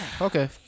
okay